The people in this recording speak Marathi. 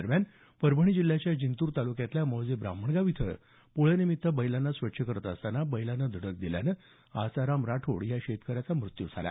दरम्यान परभणी जिल्ह्याच्या जिंतूर तालुक्यातल्या मौजे ब्राह्मणगाव इथं पोळ्यानिमित्त बैलांना स्वच्छ करत असतांना बैलानं धडक दिल्यानं आसाराम राठोड या शेतकऱ्याचा जागीच मृत्यू झाला